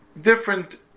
different